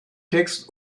text